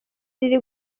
riri